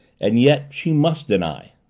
and yet she must deny.